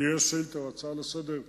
תהיה שאילתא או הצעה לסדר-היום,